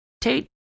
Tate